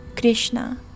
Krishna